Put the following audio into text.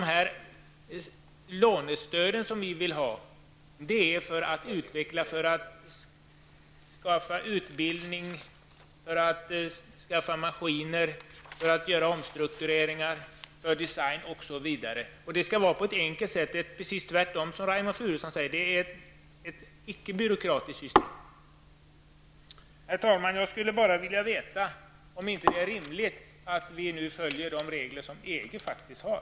Vi vill ha lånestöd för att kunna få en utveckling. Det gäller ju att få till stånd utbildning, att skaffa maskiner och att göra omstruktureringar med tanke på design osv. Det skall ske på ett enkelt sätt. Precis tvärtemot vad Reynoldh Furustrand talar om vill vi ha ett system som icke är byråkratiskt. Herr talman! Är det inte rimligt att vi nu följer de regler som EG faktiskt har?